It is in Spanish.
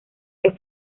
que